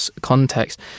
context